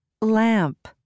Lamp